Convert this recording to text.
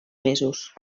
mesos